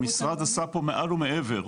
המשרד עשה פה מעל ומעבר.